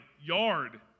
yard